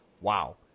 wow